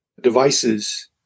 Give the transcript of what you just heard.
devices